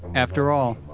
after all,